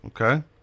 okay